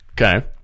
Okay